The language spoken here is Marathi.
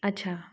अच्छा